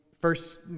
first